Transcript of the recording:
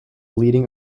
leading